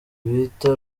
bita